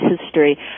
history